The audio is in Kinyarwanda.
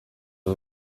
ubu